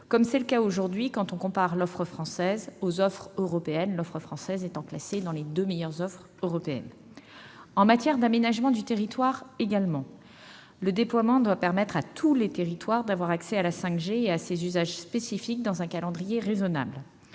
comme c'est le cas aujourd'hui quand on compare l'offre française aux offres européennes, laquelle est classée dans les deux meilleures offres parmi les offres européennes. En matière d'aménagement du territoire, le déploiement doit permettre à tous les territoires d'avoir accès à la 5G et à ses usages spécifiques, dans un calendrier raisonnable.